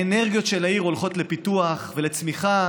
האנרגיות של העיר הולכות לפיתוח ולצמיחה,